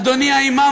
אדוני האימאם,